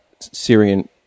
Syrian